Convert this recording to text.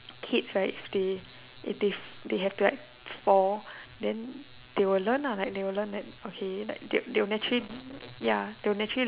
kids right they they they have to like fall then they will learn lah like they will learn then okay like they they will naturally ya they will naturally learn like